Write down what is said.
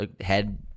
head